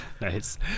Nice